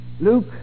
Luke